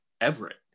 Everett